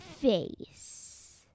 face